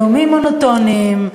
נאומים מונוטוניים,